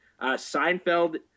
Seinfeld